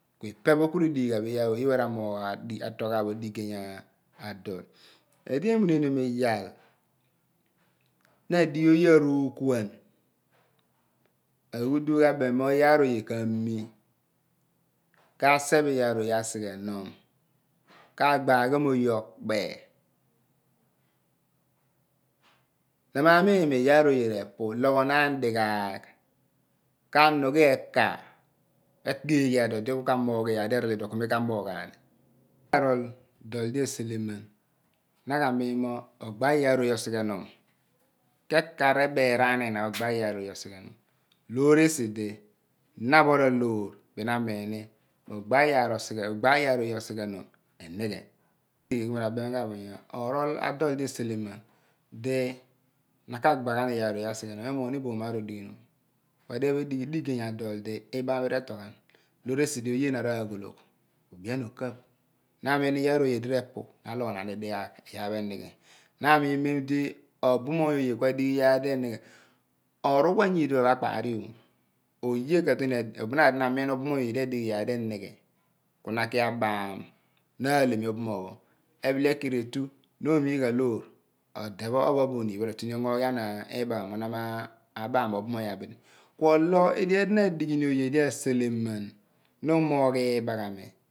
Ku ipe pho ku redighi ghan bu iyaar oye ra moogh ra tol ghan bo digey adol pho edi emuneniom iyal na adighi oye aruukuan aghuduugh abem mo iyaar oye ka/gbe ghiom oye okpe na ma mun mo iyaar oye re pu logho naan dighaagh ka nugne eka ekpe eghe iyaar ku odi ku ka moogh iyaar di erol ulipho ku mi ka/moogh aam oye di arol dol di eseleman na ka miori ni mo ogba iyaar oye osighebom ke /kor obeeraan nyina ogba iyaar oye osighrom coor esi di na pho r aloor bin na amini ni mo ogba iyaar oye osighrom inighe ku mi rabem ghan bo mo orol adol di esecomqn di na ka/gba ghan iyaar oye asigh nom emoogh iboom maar origh inom ku adien pho edighi diga digay aloe di iibaghami re/told ghan coor esi di oye ina ra oghoologh obi wan o/kaph ni amin iyaar oye di repu na aloghonaan in dighaagh iyaar pho enighe na amini mem di obumoony oye ku adighi iyaar di i/night onigh pho any iidipho pho akpar ni ooh oye ka tie ni amiin obumuonu oye di adighi iyaar di ini ghe ku na aki abawm now alemi obumoony pho ebile ekir eri na omiigha loor odepho obo ohniin pho ra tuni ongo ghi yogh ana ibwghami mo na ma baam obu moony abieli kuolu edigha yaar di na adeghi oye di asele man na u/moogh ibaghami